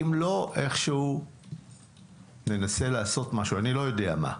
אם לא, איכשהו ננסה לעשות משהו, אני לא יודע מה.